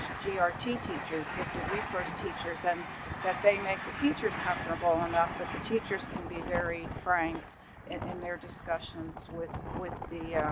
ah gr t teachers gifted resource teachers and that they make the teachers comfortable enough. that the teachers can be very frank and in their discussions with with the